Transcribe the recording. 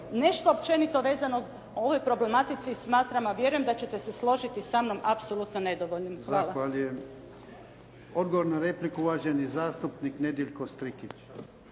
nešto općenito vezano o ovoj problematici smatram, a vjerujem da ćete se složiti sa mnom apsolutno nedovoljnim. Hvala.